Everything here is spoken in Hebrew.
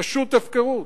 פשוט הפקרות,